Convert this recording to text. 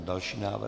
Další návrh.